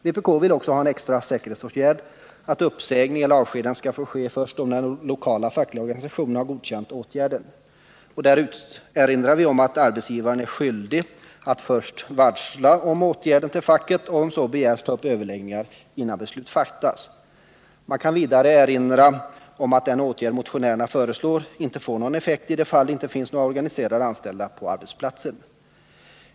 Vpk vill också som en extra säkerhetsåtgärd införa att uppsägning eller avskedande skall få ske först om den lokala fackliga organisationen har godkänt åtgärden. Utskottet erinrar här om att arbetsgivaren är skyldig att först varsla om åtgärden till facket och, om så begärs, ta upp överläggningar innan beslut fattas. Man kan vidare erinra om att den åtgärd motionärerna föreslår inte får någon effekt i de fall det inte finns några organiserade anställda på arbetsplatsen.